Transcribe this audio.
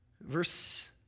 verse